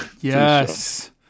yes